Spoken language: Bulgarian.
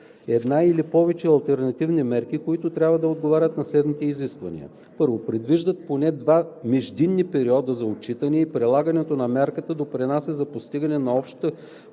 една или повече алтернативни мерки, които трябва да отговарят на следните изисквания: 1. предвиждат поне два междинни периода за отчитане и прилагането на мярката допринася за постигане на общата